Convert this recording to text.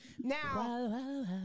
Now